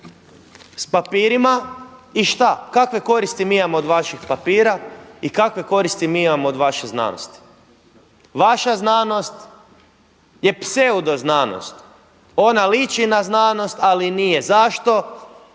papirima i šta kakve koristi mi imamo od vaših papira i kakve koristi imamo od vaše znanosti? Vaša znanost je pseudo znanost, ona liči na znanost ali nije. Zašto?